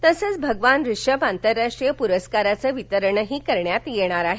तसेच भगवान ऋषभ आंतरराष्ट्रीय पुरस्काराचे वितरण करण्यात येणार आहे